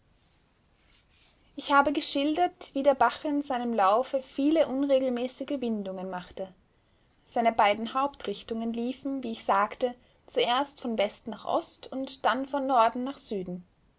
ich habe geschildert wie der bach in seinem laufe viele unregelmäßige windungen machte seine beiden hauptrichtungen liefen wie ich sagte zuerst von west nach ost und dann von norden nach süden